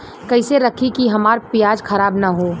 कइसे रखी कि हमार प्याज खराब न हो?